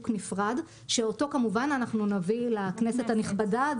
נפרד שאותו כמובן אנחנו נביא לכנסת הנכבדה.